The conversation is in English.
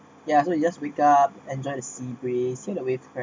ya so you just wake up enjoy the sea breeze so the way